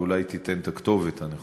אבל אולי היא תיתן את הכתובת הנכונה.